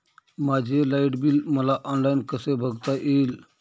माझे light bill मला online कसे बघता येईल?